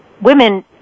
women